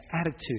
attitude